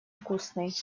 вкусный